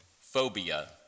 phobia